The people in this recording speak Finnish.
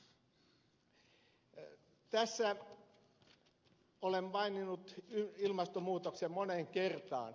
tässä olen maininnut ilmastonmuutoksen moneen kertaan